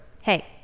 Hey